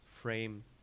frame